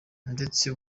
ndetse